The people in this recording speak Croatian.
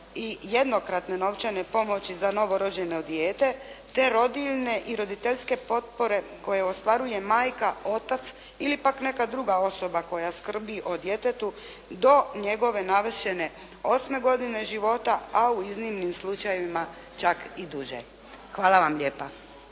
i jednokratne novčane pomoći za novorođeno dijete te rodiljne i roditeljske potpore koje ostvaruje majka, otac ili pak neka druga osoba koja skrbi o djetetu do njegove navršene osme godine života, a u iznimnim slučajevima čak i duže. Hvala vam lijepa.